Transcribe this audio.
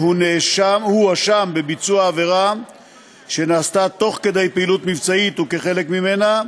הוא הואשם בביצוע עבירה שנעשתה תוך כדי פעילות מבצעית וכחלק ממנה,